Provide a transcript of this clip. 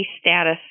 status